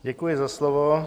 Děkuji za slovo.